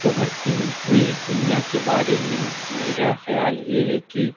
ابھرتی ہوئی دنیا کے بارے میں میرا خیال یہ ہے کہ